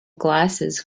glasses